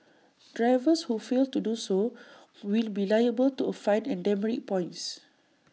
drivers who fail to do so will be liable to A fine and demerit points